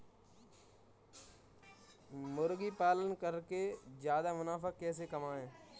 मुर्गी पालन करके ज्यादा मुनाफा कैसे कमाएँ?